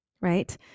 right